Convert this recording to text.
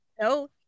no